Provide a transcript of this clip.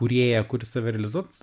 kūrėją kuris save realizuot